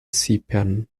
zypern